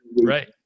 Right